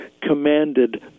commanded